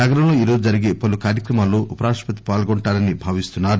నగరంలో ఈరోజు జరిగే పలు కార్చక్రమాల్లో ఉపరాష్టపతి పాల్గొంటారని భావిస్తున్నారు